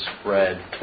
spread